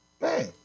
Man